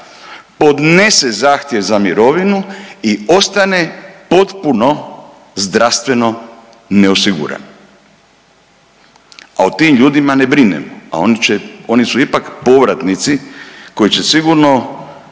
podnese zahtjev za mirovinu i ostane potpuno zdravstveno neosiguran, a o tim ljudima ne brinemo, a oni će, oni su ipak povratnici koji će sigurno